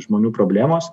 žmonių problemos